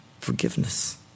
forgiveness